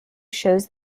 shows